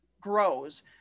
grows